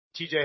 TJ